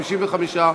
55,